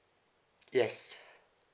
yes